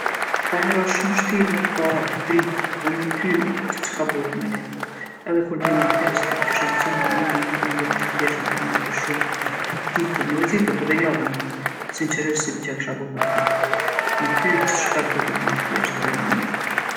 Po kajhere osht shumë vshtirë me pa dritë, po me ty gjithshka bohet ma lehtë. Edhe kur t'je ma kqe ti diqysh e gjen mënyrën për me m'bo me kesh edhe me ma ndryshu ditën, jo vec ditën po edhe javën. Sinqerisht se di çka kisha bo pa ty. Me ty gjithshka duket ma thjeshtë edhe ma mirë.